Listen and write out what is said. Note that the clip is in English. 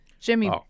Jimmy